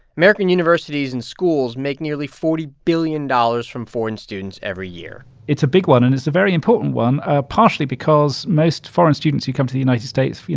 american universities and schools make nearly forty billion dollars from foreign students every year it's a big one, and it's a very important one ah partially because most foreign students who come to the united states,